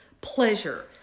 pleasure